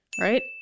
Right